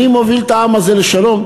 אני מוביל את העם הזה לשלום.